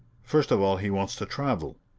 first of all he wants to travel.